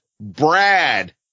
Brad